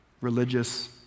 religious